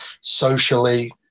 socially